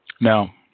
Now